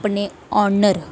अपने आनर